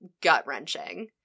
gut-wrenching